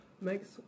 makes